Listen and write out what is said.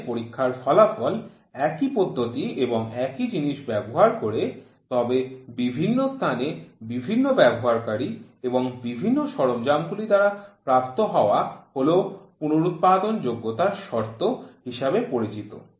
যেখানে পরীক্ষার ফলাফল একই পদ্ধতি এবং একই জিনিস ব্যবহার করে তবে বিভিন্ন স্থানে বিভিন্ন ব্যবহারকারী এবং বিভিন্ন সরঞ্জামগুলি দ্বারা প্রাপ্ত হওয়া হল পুনরুৎপাদন যোগ্যতার শর্ত হিসাবে পরিচিত